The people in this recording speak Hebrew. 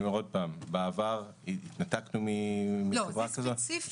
בעבר התנתקנו --- זה ספציפית.